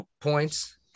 points